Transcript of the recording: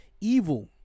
Evil